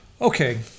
Okay